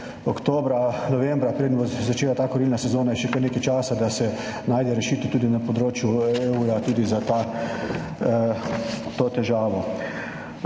oktobra, novembra. Preden se bo začela ta kurilna sezona, je še kar nekaj časa, da se najde rešitev tudi na področju EU tudi za to težavo.